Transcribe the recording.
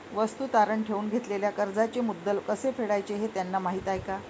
वस्तू तारण ठेवून घेतलेल्या कर्जाचे मुद्दल कसे फेडायचे हे त्यांना माहीत आहे का?